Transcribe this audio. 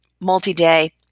multi-day